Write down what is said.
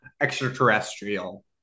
extraterrestrial